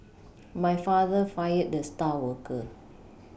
my father fired the star worker